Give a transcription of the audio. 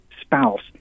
spouse